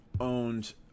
owned